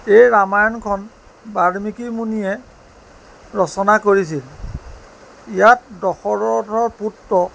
এই ৰামায়ণখন বাল্মিকী মুনিয়ে ৰচনা কৰিছিল ইয়াত দশৰথৰ পুত্ৰ